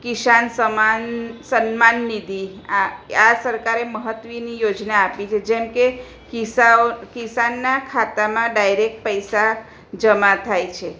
કિસાન સમાન સન્માન નિધિ આ આ સરકારે મહત્ત્વની યોજના આપી છે જેમકે કિસાઓ કિસાનના ખાતામાં ડાયરેક પૈસા જમા થાય છે